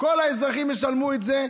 כל האזרחים ישלמו את זה,